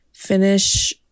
finish